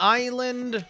island